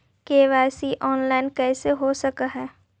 KYC online कैसे हो सक है?